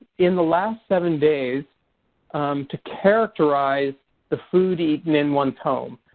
in the last seven days to characterize the food eaten in one's home.